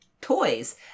Toys